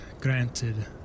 granted